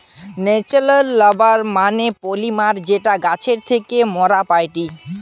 natural rubber মানে polymer যেটা গাছের থেকে মোরা পাইটি